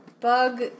Bug